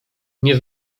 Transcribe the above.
nie